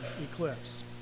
eclipse